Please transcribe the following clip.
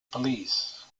police